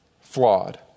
flawed